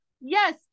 yes